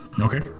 Okay